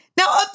Now